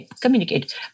communicate